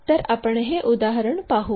तर आपण हे उदाहरण पाहू